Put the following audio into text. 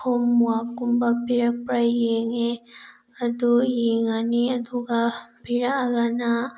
ꯍꯣꯝꯋꯥꯛꯀꯨꯝꯕ ꯄꯤꯔꯛꯄ꯭ꯔꯥ ꯌꯦꯡꯉꯦ ꯑꯗꯨ ꯌꯦꯡꯉꯅꯤ ꯑꯗꯨꯒ ꯄꯤꯔꯛꯑꯒꯅ